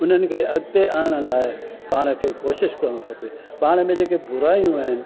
उन्हनि खे अगिते आणण लाइ पाण खे कोशिशि करणु खपे पाण में जेके बुराइयूं आहिनि